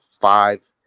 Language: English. five